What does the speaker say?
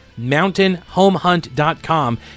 mountainhomehunt.com